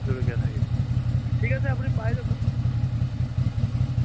জলকীয়া আধাকেজি ঠিক আছে আপুনি পাই যাব অঁ অঁ